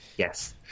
yes